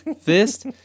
fist